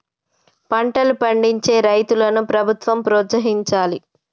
పంటలు పండించే రైతులను ప్రభుత్వం ప్రోత్సహించాలి